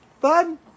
bud